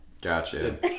Gotcha